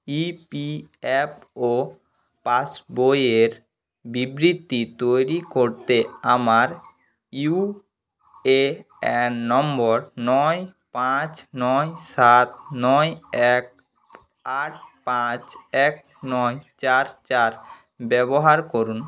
ই P F O পাসবইয়ের বিবৃতি তৈরি করতে আমার ইউ এ এন নম্বর নয় পাঁচ নয় সাত নয় এক আট পাঁচ এক নয় চার চার ব্যবহার করুন